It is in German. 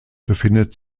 befindet